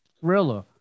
thriller